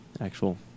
actual